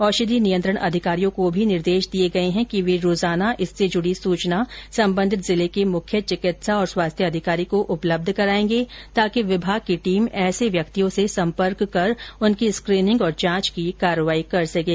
औषधि नियंत्रण अधिकारियों को भी निर्देश दिए गए हैं कि वे रोजाना इससे जुड़ी सूचना संबंधित जिले के मुख्य चिकित्सा और स्वास्थ्य अधिकारी को उपलब्ध कराएंगे ताकि विभाग की टीम ऐसे व्यक्तियों से सम्पर्क कर उनकी स्कीनिंग और जांच की कार्यवाही कर सकें